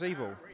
Evil